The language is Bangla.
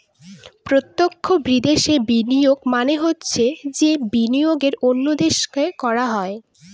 প্রত্যক্ষ বিদেশে বিনিয়োগ মানে হচ্ছে যে বিনিয়োগ অন্য দেশে করা হয়